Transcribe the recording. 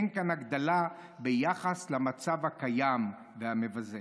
אין כאן הגדלה ביחס למצב הקיים" והמבזה.